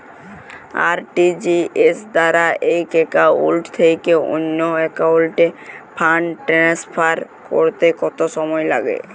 RTGS দ্বারা এক account থেকে অন্য একাউন্টে ফান্ড ট্রান্সফার করতে কত সময় লাগে?